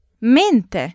Mente